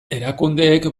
erakundeek